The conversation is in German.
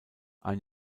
ein